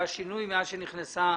היה שינוי מאז היא נכנסה